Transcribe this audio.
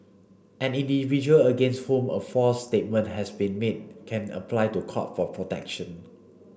any individual against whom a false statement has been made can apply to Court for protection